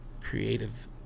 creative